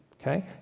Okay